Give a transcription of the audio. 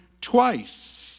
twice